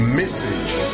message